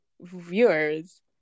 viewers